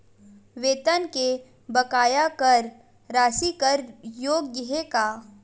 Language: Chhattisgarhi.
वेतन के बकाया कर राशि कर योग्य हे का?